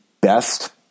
best